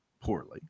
poorly